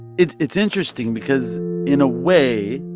it's it's interesting because in a way,